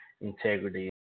integrity